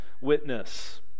witness